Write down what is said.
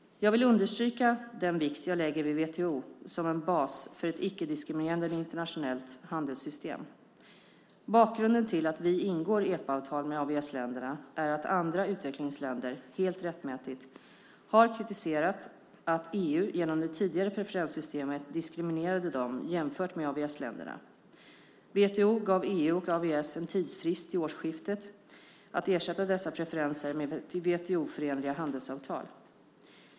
Jag vill understryka den vikt jag lägger vid WTO som en bas för ett icke-diskriminerande internationellt handelssystem. Bakgrunden till att vi ingår EPA-avtal med AVS-länderna är att andra utvecklingsländer, helt rättmätigt, har kritiserat att EU genom det tidigare preferenssystemet diskriminerade dem jämfört med AVS-länderna. WTO gav EU och AVS en tidsfrist till årsskiftet att ersätta dessa preferenser med WTO-förenliga handelsavtal.